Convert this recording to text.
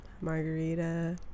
margarita